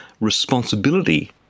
responsibility